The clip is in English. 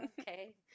okay